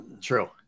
True